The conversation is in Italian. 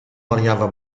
variava